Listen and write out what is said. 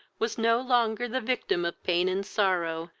was no longer the victim of pain and sorrow,